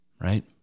Right